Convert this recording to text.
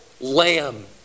lamb